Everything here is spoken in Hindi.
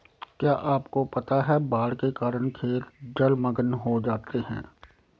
क्या आपको पता है बाढ़ के कारण खेत जलमग्न हो जाते हैं?